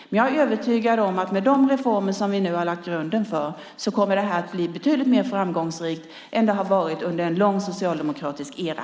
Men jag är övertygad om att detta, med de reformer som vi nu har lagt grunden till, kommer att bli betydligt mer framgångsrikt än det som var under en lång socialdemokratisk era.